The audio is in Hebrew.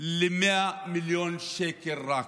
ל-100 מיליון שקל בלבד,